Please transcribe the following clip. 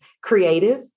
creative